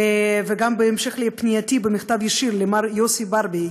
וגם בהמשך לפנייתי במכתב ישיר למר יוסי ברבי,